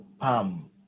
palm